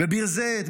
בביר זית,